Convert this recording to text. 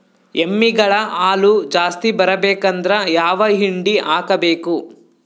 ಎಮ್ಮಿ ಗಳ ಹಾಲು ಜಾಸ್ತಿ ಬರಬೇಕಂದ್ರ ಯಾವ ಹಿಂಡಿ ಹಾಕಬೇಕು?